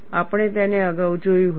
આપણે તેને અગાઉ જોયું હતું